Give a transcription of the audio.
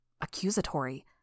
accusatory